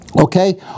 Okay